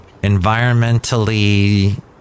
environmentally